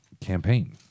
campaign